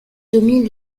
domine